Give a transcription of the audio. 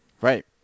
Right